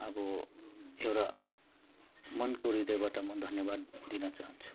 अब एउटा मनको हृदयबाट म धन्यवाद दिन चाहन्छु